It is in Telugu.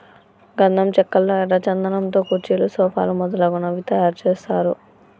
గంధం చెక్కల్లో ఎర్ర చందనం తో కుర్చీలు సోఫాలు మొదలగునవి తయారు చేస్తారు